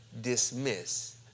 dismiss